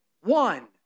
one